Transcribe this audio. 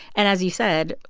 and as you said,